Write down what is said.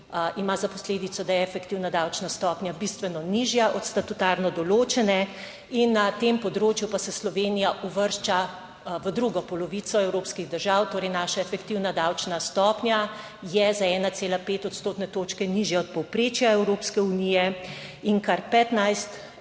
ima za posledico, da je efektivna davčna stopnja bistveno nižja od statutarno določene. Na tem področju pa se Slovenija uvršča v drugo polovico evropskih držav, torej naša efektivna davčna stopnja je za 1,5 odstotne točke nižja od povprečja Evropske unije in kar 15